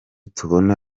tubona